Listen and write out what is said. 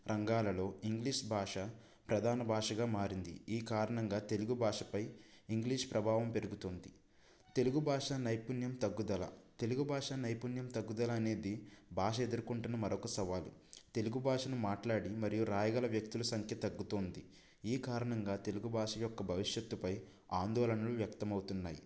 రంగాలలో ఇంగ్లీష్ భాష ప్రధాన భాషగా మారింది ఈ కారణంగా తెలుగు భాషపై ఇంగ్లీష్ ప్రభావం పెరుగుతుంది తెలుగు భాష నైపుణ్యం తగ్గుదల తెలుగు భాష నైపుణ్యం తగ్గుదల అనేది భాష ఎదుర్కొంటున్న మరొక సవాలు తెలుగు భాషను మాట్లాడి మరియు రాయగల వ్యక్తుల సంఖ్య తగ్గుతోంది ఈ కారణంగా తెలుగు భాష యొక్క భవిష్యత్తుపై ఆందోళనలు వ్యక్తం అవుతున్నాయి